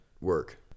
work